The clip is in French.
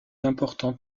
importants